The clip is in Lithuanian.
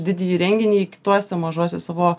didįjį renginį kituose mažuose savo